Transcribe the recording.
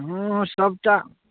हुँ हुँ सबटा